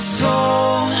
soul